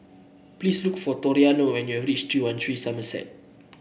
please look for Toriano when you have reach three one three Somerset